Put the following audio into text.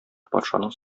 патшаның